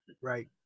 Right